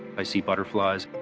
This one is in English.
i see butterflies